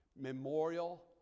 Memorial